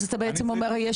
זאת אומרת,